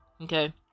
okay